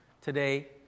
today